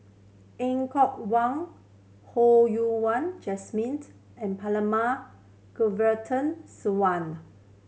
Er Kwong Wah Ho Yen Wah Jesmined and Perumal Govindaswamy